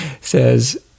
says